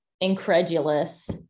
incredulous